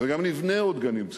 וגם נבנה עוד גני-ילדים ציבוריים.